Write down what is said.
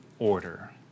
order